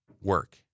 work